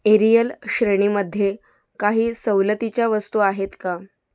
aerial श्रेणीमध्ये काही सवलतीच्या वस्तू आहेत का